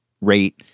rate